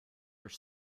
are